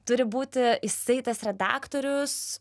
turi būti jisai tas redaktorius